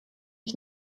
ich